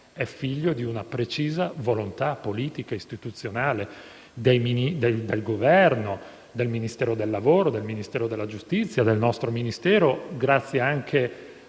figlio di una precisa volontà politica e istituzionale del Governo, del Ministero del lavoro, del Ministero della giustizia e del nostro Ministero, grazie anche